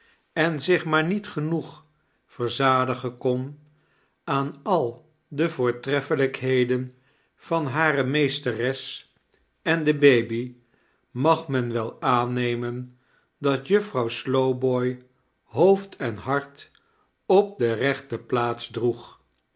en zdch maar niet genoeg verzadigen kon aan al de voortreffeiijkheden van hare mees teres en de baby mag men wel aannemen dat juffrouw slowboy hoofd en hart op de reehte plaats droeg